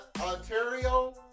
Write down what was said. Ontario